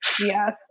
Yes